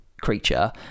creature